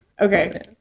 okay